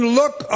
look